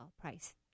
price